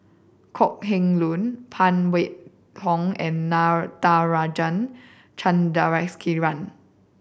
Kok Heng Leun Phan Wait Hong and Natarajan Chandrasekaran